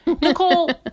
Nicole